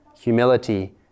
humility